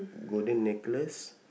golden necklace